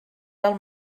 del